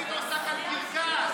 היית עושה כאן קרקס.